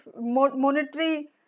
monetary